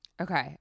Okay